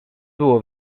było